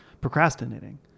procrastinating